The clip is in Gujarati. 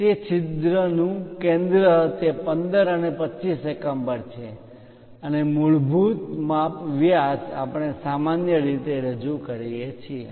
તે છિદ્રનું કેન્દ્ર તે 15 અને 25 એકમ પર છે અને મૂળભૂત માપ વ્યાસ આપણે સામાન્ય રીતે રજૂ કરીએ છીએ